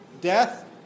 Death